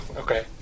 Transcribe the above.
okay